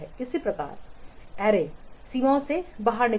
इसी प्रकार एररे सीमाओं से बाहर निकलती है